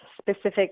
specific